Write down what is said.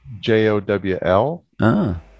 J-O-W-L